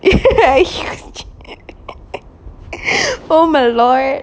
oh my lord